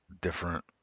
different